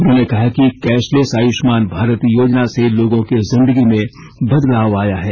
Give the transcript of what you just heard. उन्होंने कहा कि कैशलेस आयुष्मान भारत योजना से लोगों की जिदगी में बदलाव आया है